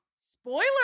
Spoiler